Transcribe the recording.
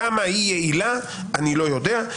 כמה היא יעילה אני לא יודע.